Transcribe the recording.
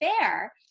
fair